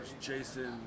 Jason